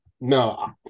No